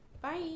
Bye